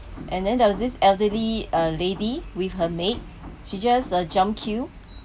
and then there was this elderly uh lady with her maid she just uh jumped queue